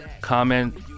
Comment